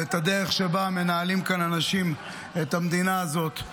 ואת הדרך שבה מנהלים כאן אנשים את המדינה הזאת.